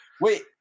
Wait